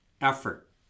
effort